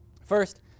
First